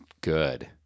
good